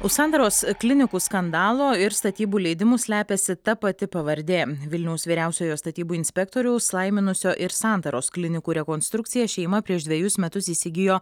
už santaros klinikų skandalo ir statybų leidimų slepiasi ta pati pavardė vilniaus vyriausiojo statybų inspektoriaus laiminusio ir santaros klinikų rekonstrukciją šeima prieš dvejus metus įsigijo